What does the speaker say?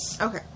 okay